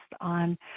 on